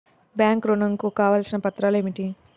Bank ఋణం కు కావలసిన పత్రాలు ఏమిటి?